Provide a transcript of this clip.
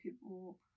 people